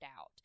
out